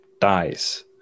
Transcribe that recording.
dies